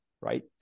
right